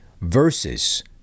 versus